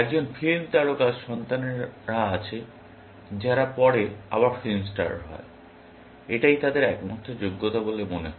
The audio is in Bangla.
একজন ফিল্ম তারকার সন্তানেরা আছে যারা পরে আবার ফিল্ম স্টার হয় এটাই তাদের একমাত্র যোগ্যতা বলে মনে হয়